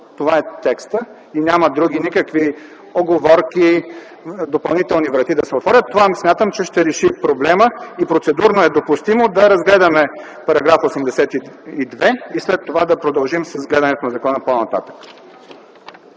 това е текстът, няма други никакви уговорки, допълнителни врати да се отворят. Това смятам, че ще реши проблема. Процедурно е допустимо да разгледаме § 82 и след това да продължим с гледането на закона по-нататък.